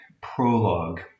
prologue